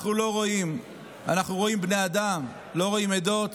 אנחנו רואים בני אדם, אנחנו לא רואים עדות,